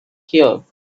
here